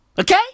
Okay